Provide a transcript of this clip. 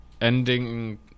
ending